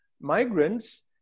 migrants